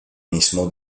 mismo